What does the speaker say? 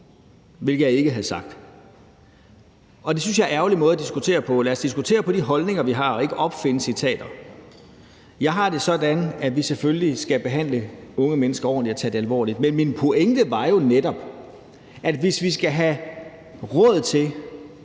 noget, jeg ikke havde sagt. Det synes jeg er en ærgerlig måde at diskutere på. Lad os diskutere de holdninger, vi har, og ikke opfinde citater. Jeg har det sådan, at vi selvfølgelig skal behandle unge mennesker ordentligt og tage det her alvorligt, men min pointe var netop, at hvis vi skal have råd og